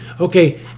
okay